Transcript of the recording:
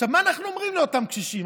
עכשיו, מה אנחנו אומרים לאותם קשישים?